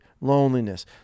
loneliness